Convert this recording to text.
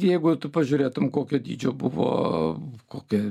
jeigu tu pažiūrėtum kokio dydžio buvo kokia